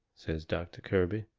says doctor kirby.